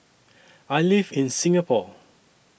I live in Singapore